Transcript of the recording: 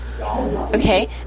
Okay